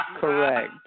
Correct